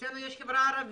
אצלנו יש את החברה החרדית,